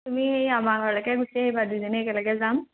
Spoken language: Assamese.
তুমি সেই আমাৰ ঘৰলৈকে গুচি আহিবা দুজনে একেলগে যাম